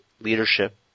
leadership